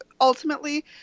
ultimately